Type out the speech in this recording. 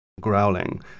Growling